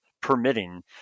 permitting